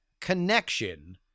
connection